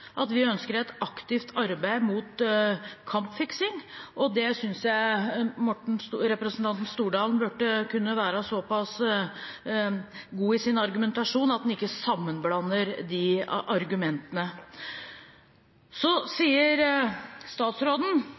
at vi ønsker et aktivt arbeid mot kampfiksing. Jeg synes representanten Stordalen burde kunne være såpass god i sin argumentasjon at han ikke sammenblander de argumentene. Statsråden